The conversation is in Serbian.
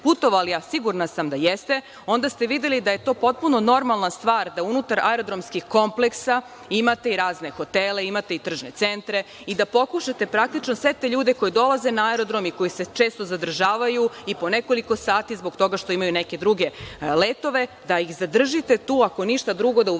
putovali, a sigurna sam da jeste onda ste videli da je to potpuno normalna stvar da unutar aerodromskih kompleksa imate razne hotele, imate tržne centre i da pokušate da praktično sve te ljude koji dolaze na aerodrom i koji se četo zadržavaju i po nekoliko sati zbog toga što imaju neke druge letove, da ih zadržite tu. Ako ništa drugo, da u vašoj